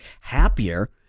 happier